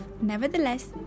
Nevertheless